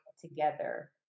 together